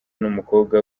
n’umukobwa